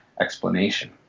explanation